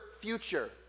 future